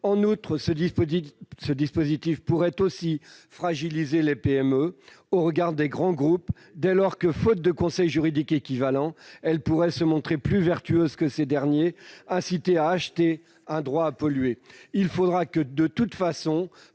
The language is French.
En outre, ce dispositif pourrait fragiliser les PME au regard des grands groupes, dès lors que, faute de conseil juridique équivalent, elles se montreraient plus vertueuses que ces derniers, incités quant à eux à acheter un droit à polluer. Il faudra de toute façon